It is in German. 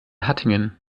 hattingen